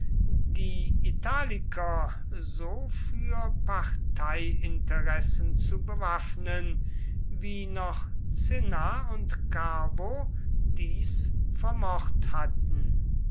die italiker so für parteiinteressen zu bewaffnen wie noch cinna und carbo dies vermocht hatten